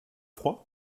froid